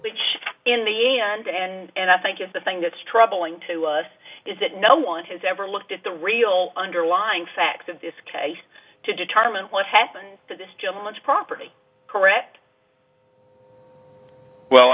which in the end and i think is the thing that's troubling to us is that no one has ever looked at the real underlying facts of this case to determine what happened to this gentleman's property correct well